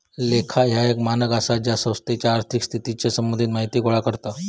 लेखा ह्या एक मानक आसा जा संस्थेच्या आर्थिक स्थितीच्या संबंधित माहिती गोळा करता